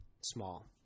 small